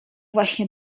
właśnie